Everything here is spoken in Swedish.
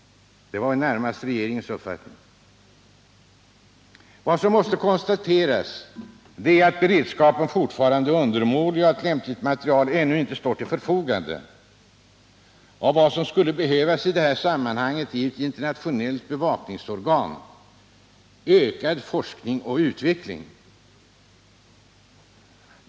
Det var närmast regeringens uppfattning. Vad som måste konstateras är att beredskapen fortfarande är undermålig och att lämpligt material ännu inte står till förfogande. Vad som skulle behövas är ett internationellt bevakningsorgan, ökad forskning och utveckling.